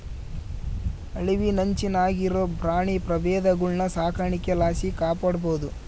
ಅಳಿವಿನಂಚಿನಾಗಿರೋ ಪ್ರಾಣಿ ಪ್ರಭೇದಗುಳ್ನ ಸಾಕಾಣಿಕೆ ಲಾಸಿ ಕಾಪಾಡ್ಬೋದು